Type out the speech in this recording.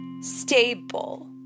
stable